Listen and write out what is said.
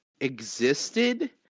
existed